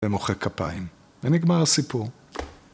ומוחק כפיים. ונגמר הסיפור.